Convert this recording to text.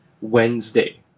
Wednesday